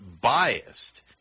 biased